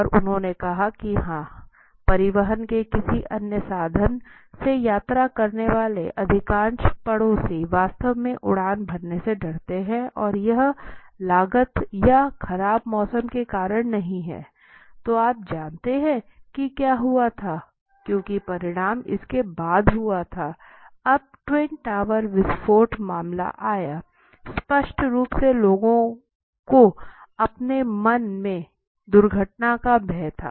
और उन्होंने कहा कि हाँ परिवहन के किसी अन्य साधन से यात्रा करने वाले अधिकांश पड़ोसी वास्तव में उड़ान भरने से डरते थे और यह लागत या खराब मौसम के कारण नहीं है तो आप जानते हैं कि क्या हुआ था क्योंकि परिणाम इसके बाद हुआ था जब ट्विन टावर विस्फोट मामले आया स्पष्ट रूप से लोगों को अपने मन में दुर्घटना का भय था